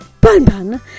Bun-bun